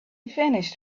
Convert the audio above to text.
vanished